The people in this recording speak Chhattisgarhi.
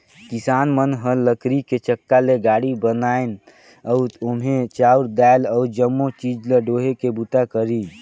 किसान मन ह लकरी के चक्का ले गाड़ी बनाइन अउ ओम्हे चाँउर दायल अउ जमो चीज ल डोहे के बूता करिन